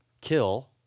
kill